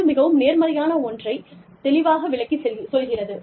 இது மிகவும் நேர்மறையான ஒன்றைத் தெளிவாக விளக்கிச் சொல்கிறது